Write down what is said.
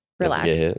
Relax